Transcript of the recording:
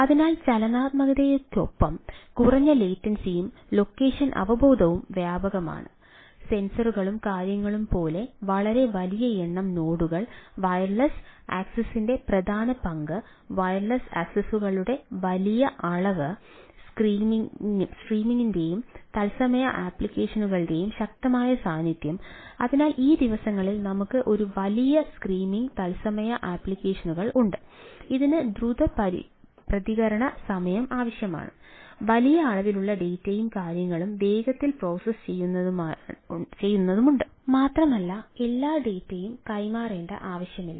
അതിനാൽ ചലനാത്മകതയ്ക്കൊപ്പം കുറഞ്ഞ ലേറ്റൻസിയും ലൊക്കേഷൻ അവബോധവും വ്യാപകമാണ് സെൻസറുകൈമാറേണ്ട ആവശ്യമില്ല